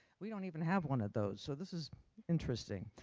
we don't even have one of those, so this is interesting.